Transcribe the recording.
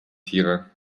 tiere